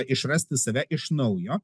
išrasti save iš naujo